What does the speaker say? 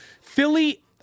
Philly